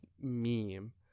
meme